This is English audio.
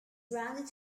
grounded